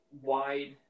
wide